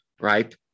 Right